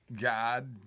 God